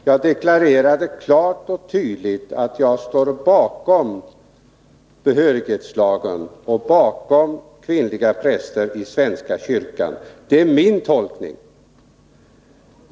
Jag deklarerade klart och tydligt att jag står bakom behörighetslagen och att jag står bakom kvinnliga präster i svenska kyrkan. Det är min tolkning.